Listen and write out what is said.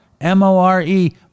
M-O-R-E